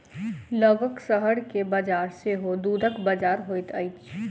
लगक शहर के बजार सेहो दूधक बजार होइत छै